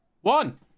one